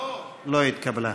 לא התקבלה.